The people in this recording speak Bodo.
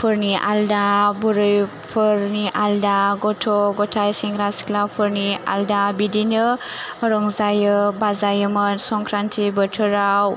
फोरनि आलदा बुरैफोरनि आलदा गथ' गथाइ सेंग्रा सिख्लाफोरनि आलदा बिदिनो रंजायो बाजायोमोन संख्रानथि बोथोराव